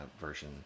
Version